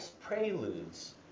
preludes